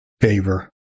favor